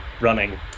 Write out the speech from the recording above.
running